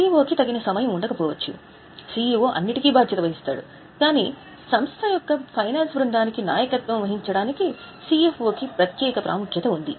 CEO కి తగిన సమయం ఉండకపోవచ్చు CEO అన్నింటికీ బాధ్యత వహిస్తాడు కాని సంస్థ యొక్క ఫైనాన్స్ బృందానికి నాయకత్వం వహించడానికి CFO కి ప్రత్యేక ప్రాముఖ్యత ఉంది